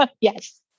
yes